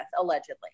allegedly